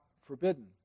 forbidden